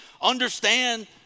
understand